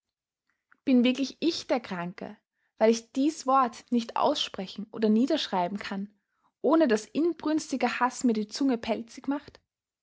bin wirklich ich der kranke weil ich dies wort nicht aussprechen oder niederschreiben kann ohne daß inbrünstiger haß mir die zunge pelzig machte